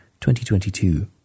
2022